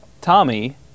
Tommy